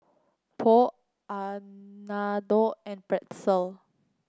Pho Unadon and Pretzel